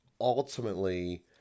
ultimately